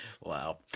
Wow